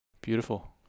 Beautiful